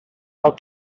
how